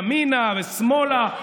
ימינה ושמאלה.